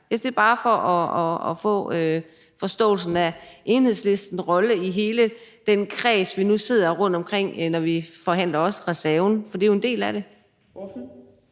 Det er bare for at få forståelsen af Enhedslistens rolle med hensyn til hele den kreds, vi nu sidder i rundtomkring, når vi også forhandler reserven. For det er jo en del af det.